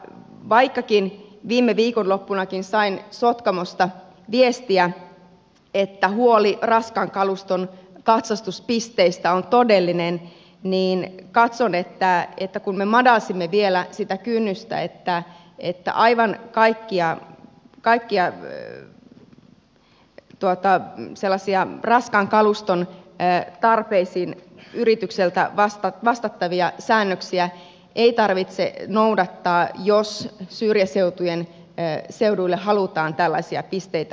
vaikkakin viime viikonloppunakin sain sotkamosta viestiä että huoli raskaan kaluston katsastuspisteistä on todellinen niin katson että me madalsimme vielä sitä kynnystä että aivan kaikkia sellaisia raskaan kaluston tarpeisiin vastaavia säännöksiä ei yritysten tarvitse noudattaa jos syrjäseuduille halutaan tällaisia pisteitä perustaa